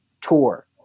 tour